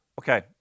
Okay